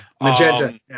Magenta